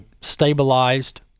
stabilized